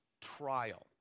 trial